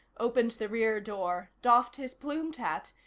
opened the rear door, doffed his plumed hat,